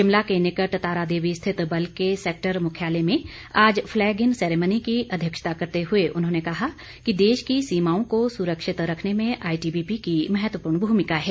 शिमला के निकट तारादेवी स्थित बल के सेक्टर मुख्यालय में आज फ्लैग इन सेरेमनी की अध्यक्षता करते हुए उन्होंने कहा कि देश की सीमाओं को सुरक्षित रखने में आईटीबीपी की महत्वपूर्ण भूमिका है